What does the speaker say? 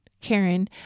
Karen